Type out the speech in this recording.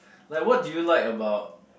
like what do you like about